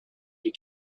you